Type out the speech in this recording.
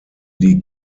die